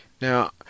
Now